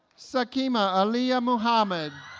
sakeema aaliyah muhammad